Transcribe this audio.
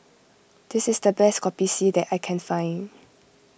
this is the best Kopi C that I can find